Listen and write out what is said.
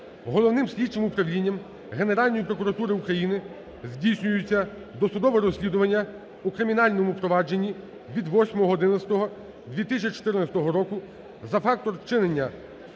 Головним слідчим управлінням Генеральної прокуратури України здійснюється досудове розслідування у кримінальному провадженні від 8.11.2014 року за фактом вчинення